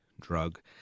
drug